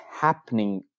happening